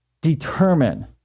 determine